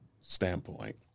standpoint